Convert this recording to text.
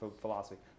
philosophy